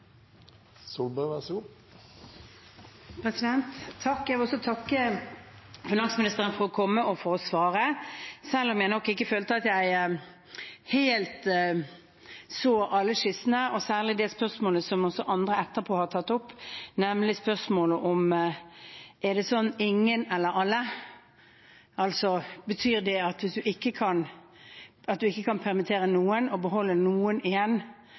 Jeg vil også takke finansministeren for å komme og for å svare, selv om jeg nok ikke følte at jeg helt så alle skissene, og særlig det spørsmålet som også andre etterpå har tatt opp, nemlig om det er sånn at det er ingen eller alle. Betyr det at man ikke kan permittere noen og beholde noen igjen,